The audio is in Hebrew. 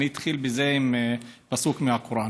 אני אתחיל בזה עם פסוק מהקוראן: